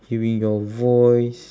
hearing your voice